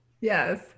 Yes